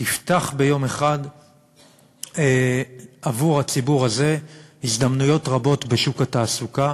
תפתח ביום אחד עבור הציבור הזה הזדמנויות רבות בשוק התעסוקה.